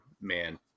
man